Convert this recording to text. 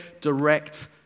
direct